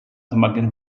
semakin